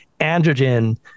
androgen